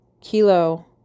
Kilo